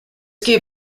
gave